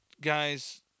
guys